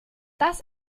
das